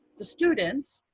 the students,